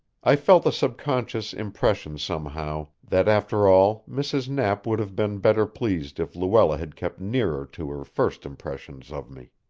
i felt the subconscious impression somehow that after all mrs. knapp would have been better pleased if luella had kept nearer to her first impressions of me.